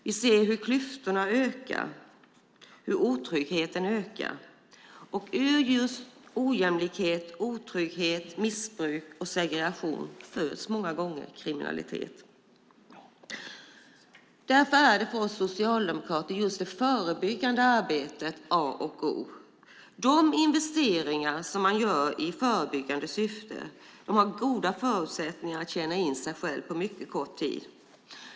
Vi ser hur klyftorna ökar och hur otryggheten ökar, och ur just ojämlikhet, otrygghet, missbruk och segregation föds många gånger kriminalitet. Därför är för oss socialdemokrater just det förebyggande arbetet A och O. De investeringar som man gör i förebyggande syfte har goda förutsättningar att tjäna in sig själva på mycket kort tid.